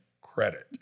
credit